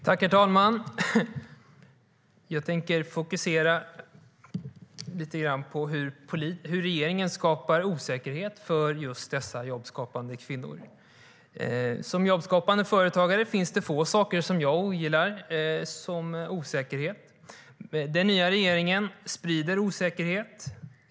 Herr talman! Jag tänker fokusera lite grann på hur regeringen skapar osäkerhet för dessa jobbskapande kvinnor. Som jobbskapande företagare finns det få saker som jag ogillar så mycket som osäkerhet. Men den nya regeringen sprider osäkerhet.